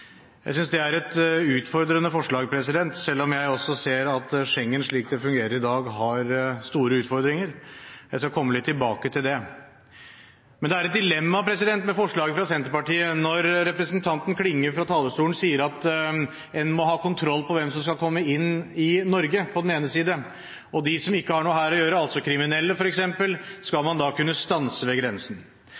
Jeg synes det er et utfordrende forslag, selv om jeg også ser at Schengen, slik det fungerer i dag, har store utfordringer. Jeg skal komme litt tilbake til det. Det er et dilemma med forslaget fra Senterpartiet når representanten Klinge fra talerstolen sier at en må ha kontroll på hvem som skal komme inn i Norge, og de som ikke har noe her å gjøre, f.eks. kriminelle, skal en kunne stanse ved grensen.